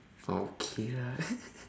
ah okay lah